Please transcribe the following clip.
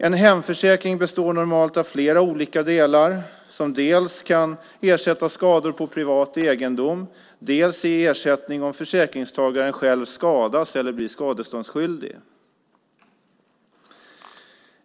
En hemförsäkring består normalt av flera olika delar som dels kan ersätta skador på privat egendom, dels ge ersättning om försäkringstagaren själv skadas eller blir skadeståndsskyldig.